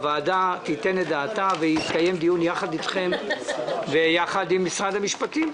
הוועדה תיתן את דעתה ויתקיים דיון ביחד אתכם וביחד עם משרד המשפטים.